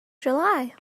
july